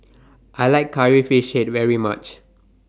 I like Curry Fish Head very much